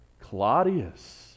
Claudius